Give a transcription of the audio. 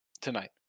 tonight